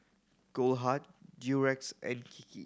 Goldheart Durex and Kiki